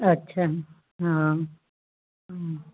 अच्छा हा हा